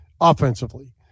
offensively